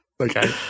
Okay